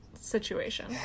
situation